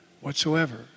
whatsoever